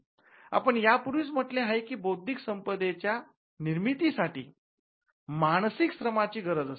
आपण यापूर्वीच म्हटलं आहे कि बौद्धिक संपदेच्या च्या निर्मिती साठी मानसिक श्रमांची गरज असते